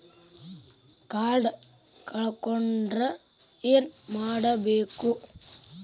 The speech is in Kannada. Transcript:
ಕಾರ್ಡ್ ಕಳ್ಕೊಂಡ್ರ ಏನ್ ಮಾಡಬೇಕು?